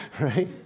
Right